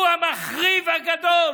הוא המחריב הגדול